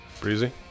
Breezy